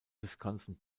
wisconsin